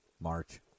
March